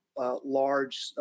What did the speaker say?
Large